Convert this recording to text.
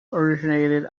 originated